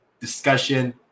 discussion